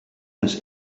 does